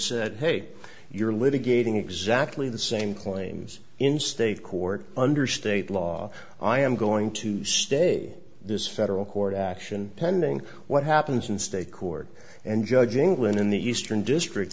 said hey you're litigating exactly the same claims in state court under state law i am going to stay this federal court action pending what happens in state court and judge england in the eastern district